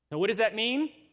and what does that mean?